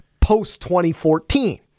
post-2014